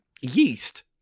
Yeast